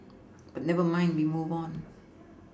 but never mind we move on